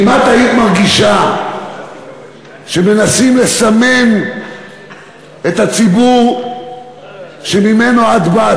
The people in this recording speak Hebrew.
איך את היית מרגישה אם היו מנסים לסמן את הציבור שממנו את באה,